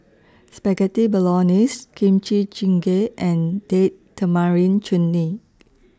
Spaghetti Bolognese Kimchi Jjigae and Date Tamarind Chutney